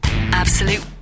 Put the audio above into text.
absolute